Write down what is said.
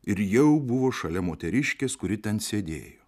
ir jau buvo šalia moteriškės kuri ten sėdėjo